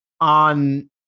on